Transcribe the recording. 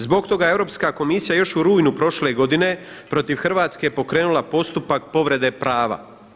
Zbog toga je Europska komisija još u rujnu prošle godine protiv Hrvatske pokrenula postupak povrede prava.